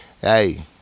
Hey